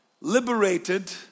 liberated